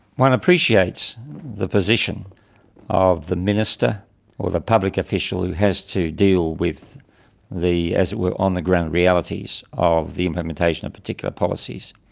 one appreciates the position of the minister or the public official who has to deal with the as it were on-the-ground realities of the implementation of particular policies,